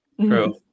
True